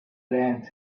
land